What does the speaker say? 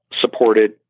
supported